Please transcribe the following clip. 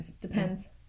Depends